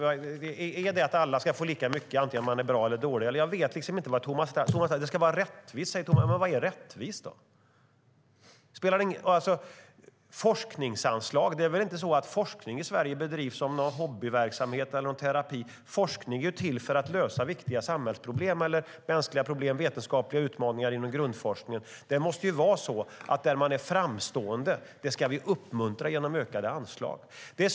Är det att alla ska få lika mycket antingen man är bra eller dålig? Jag vet inte vad Thomas Strand menar. Thomas Strand säger att det ska vara rättvist, men vad är då rättvist? Forskningsanslag nämndes. Det är ju inte så att forskning i Sverige bedrivs som en hobbyverksamhet eller som terapi. Forskning är till för att lösa viktiga samhällsproblem, mänskliga problem, vetenskapliga utmaningar inom grundforskningen. Där forskningen är framstående ska vi uppmuntra genom ökade anslag.